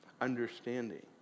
understanding